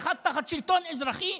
ואחת תחת שלטון אזרחי,